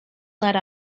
let